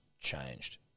changed